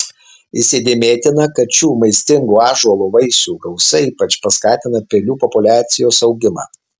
įsidėmėtina kad šių maistingų ąžuolo vaisių gausa ypač paskatina pelių populiacijos augimą